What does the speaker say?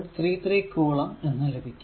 33 കുളം എന്ന് ലഭിക്കും